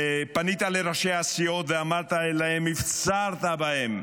פנית לראשי הסיעות ואמרת להם, הפצרת בהם: